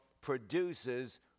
produces